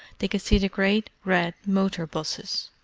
they could see the great red motor-'buses,